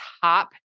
top